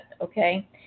okay